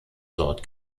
dort